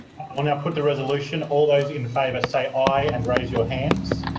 i will now put the resolution all those in favour say aye and raise your hand.